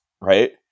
right